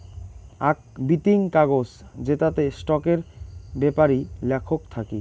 আক বিতিং কাগজ জেতাতে স্টকের বেপারি লেখক থাকি